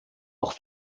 auch